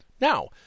Now